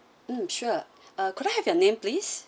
mm sure uh could I have your name please